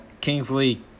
Kingsley